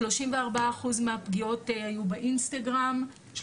34% מהפגיעות היו באינסטגרם,